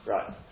Right